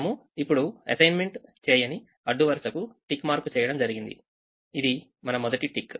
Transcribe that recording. మనము ఇప్పుడు అసైన్మెంట్ చేయని అడ్డు వరుసకు టిక్ మార్క్ చేయడం జరిగింది ఇది మన మొదటి టిక్